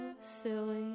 silly